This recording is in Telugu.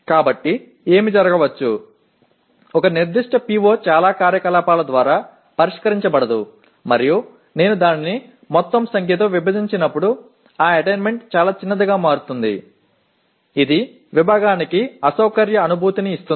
కాబట్టి ఏమి జరగవచ్చు ఒక నిర్దిష్ట PO చాలా కార్యకలాపాల ద్వారా పరిష్కరించబడదు మరియు నేను దానిని మొత్తం సంఖ్యతో విభజించినప్పుడు ఆ అటైన్మెంట్ చాలా చిన్నదిగా మారుతుంది ఇది విభాగానికి అసౌకర్య అనుభూతిని ఇస్తుంది